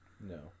No